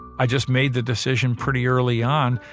i just made the decision pretty early on,